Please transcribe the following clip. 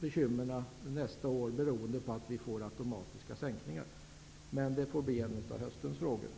bekymren nästa år beroende på att vi får automatiska sänkningar. Men det får bli en av höstens frågor.